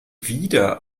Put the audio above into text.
wieder